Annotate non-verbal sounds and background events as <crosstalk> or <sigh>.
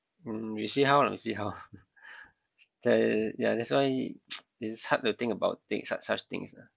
mm we see how lah we see how that ya that's why <noise> it's hard to think about thi~ such such things lah